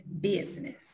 business